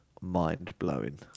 mind-blowing